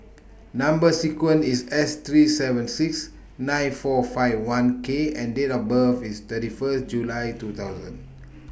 Number sequence IS S three seven six nine four five one K and Date of birth IS thirty First July two thousand